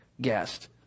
guest